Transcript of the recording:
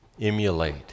emulate